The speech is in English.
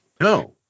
No